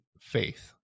faith